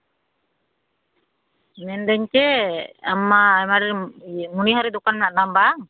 ᱢᱮᱱᱫᱤᱧ ᱪᱮᱫ ᱟᱢ ᱢᱟ ᱟᱭᱢᱟ ᱰᱷᱮᱨ ᱢᱚᱱᱦᱟᱹᱨᱤ ᱫᱚᱠᱟᱱ ᱢᱮᱱᱟᱜ ᱛᱟᱢᱟ ᱵᱟᱝ